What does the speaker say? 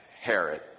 Herod